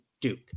Duke